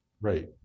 Right